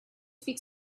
speak